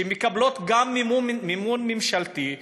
שמקבלות גם מימון ממשלתי,